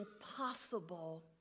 impossible